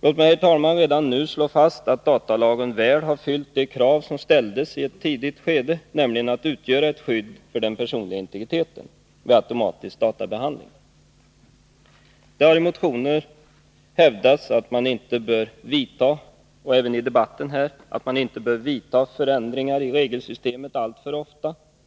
Låt mig, herr talman, redan nu slå fast att datalagen väl har fyllt de krav som ställdes i ett tidigt skede, nämligen att utgöra ett skydd för den personliga integriteten vid automatisk databehandling. Det har hävdats i motioner och även i debatten här att man inte bör vidta förändringar i regelsystemet alltför ofta.